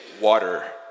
water